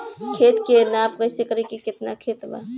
खेत के नाप कइसे करी की केतना खेत बा?